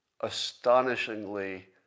astonishingly